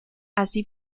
así